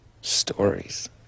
Stories